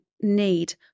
need